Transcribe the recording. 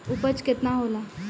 उपज केतना होला?